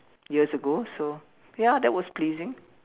years ago so ya that was pleasing